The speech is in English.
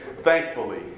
Thankfully